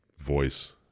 Voice